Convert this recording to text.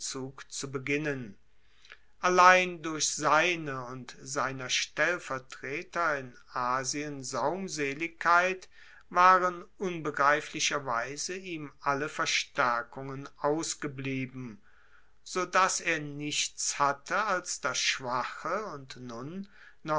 zu beginnen allein durch seine und seiner stellvertreter in asien saumseligkeit waren unbegreiflicherweise ihm alle verstaerkungen ausgeblieben so dass er nichts hatte als das schwache und nun